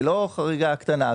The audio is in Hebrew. זאת לא חריגה קטנה.